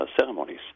ceremonies